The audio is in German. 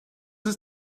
ist